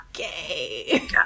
okay